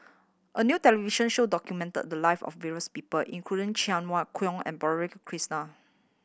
a new television show documented the live of various people including Cheng Wai Keung and Krishnan